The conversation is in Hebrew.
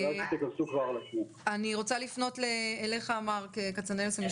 אני רוצה לפנות אליך מרק כצנלסון,